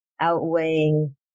outweighing